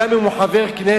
גם אם הוא חבר כנסת.